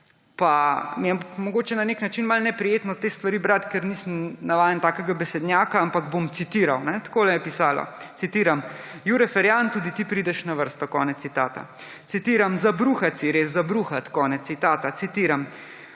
Pa mi je mogoče na nek način malo neprijetno te stvari brati, ker nisem navajen takega besednjaka, ampak bom citiral. Tako je pisalo. Citiram: »Jure Ferjan, tudi ti prideš na vrsto.« Konec citata. Citiram: